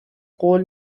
قول